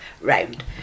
round